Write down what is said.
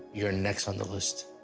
you're next on the list.